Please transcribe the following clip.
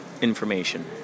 information